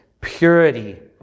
purity